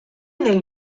del